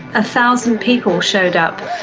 a thousand people showed up.